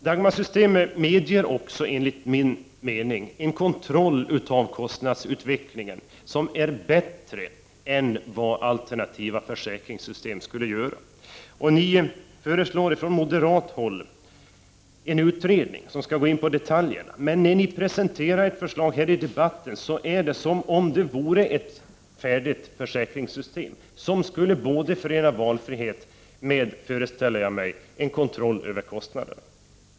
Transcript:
Enligt min mening medger också Dagmarsystemet en bättre kontroll av kostnadsutvecklingen än vad alternativa försäkringssystem skulle medge. På moderat håll föreslås en utredning som skulle gå in på detaljer, men när mo deraterna presenterar ett förslag i debatten verkar det som om det gällde ett färdigt försäkringssystem, som förenar valfrihet med, föreställer jag mig, kontroll av kostnaderna.